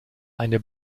eine